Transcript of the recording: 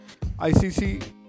ICC